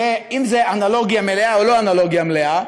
אם זו אנלוגיה מלאה או לא אנלוגיה מלאה,